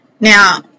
Now